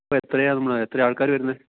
അപ്പം എത്രയാണ് നമ്മൾ എത്രയാണ് ആൾക്കാർ വരുന്നത്